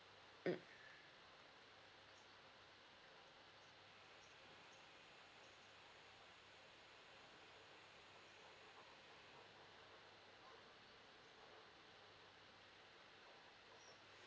mm